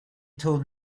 told